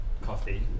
coffee